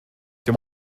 dim